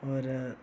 होर